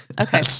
Okay